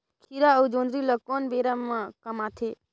खीरा अउ जोंदरी ल कोन बेरा म कमाथे?